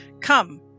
Come